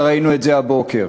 וראינו את זה הבוקר.